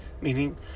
Meaning